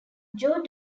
joe